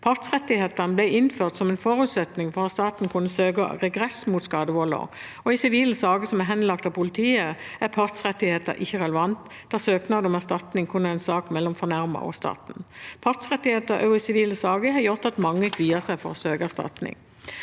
Partsrettighetene ble innført som en forutsetning for at staten kunne søke regress mot skadevolder. I sivile saker som er henlagt av politiet, er partsrettigheter ikke relevant, da søknad om erstatning kun er en sak mellom fornærmede og staten. Partsrettigheter også i sivile saker har gjort at mange kvier seg for å søke erstatning.